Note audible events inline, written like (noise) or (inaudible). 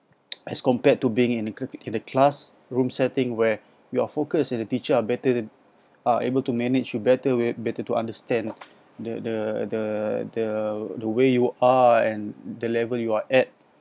as compared to being in a (noise) classroom setting where you are focused and the teacher are better are able to manage you better where better to understand the the the the the way you are and the level you are at